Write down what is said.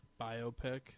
biopic